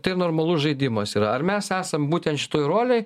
tai normalus žaidimas yra ar mes esam būtent šitoj rolėj